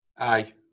Aye